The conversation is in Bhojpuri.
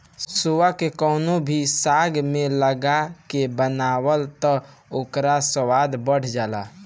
सोआ के कवनो भी साग में मिला के बनाव तअ ओकर स्वाद बढ़ जाला